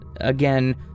again